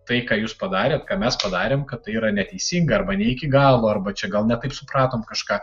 tai ką jūs padarėt ką mes padarėm kad tai yra neteisinga arba ne iki galo arba čia gal ne taip supratom kažką